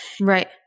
Right